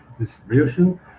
distribution